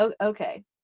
okay